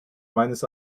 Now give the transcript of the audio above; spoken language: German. meines